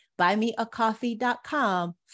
Buymeacoffee.com